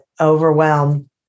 overwhelm